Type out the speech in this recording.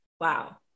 wow